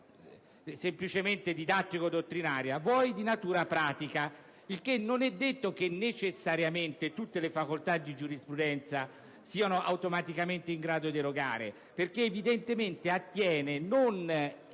semplicemente didattico-dottrinaria e di natura pratica. Non è detto che necessariamente tutte le facoltà di giurisprudenza siano automaticamente in grado di erogare questo genere di corsi,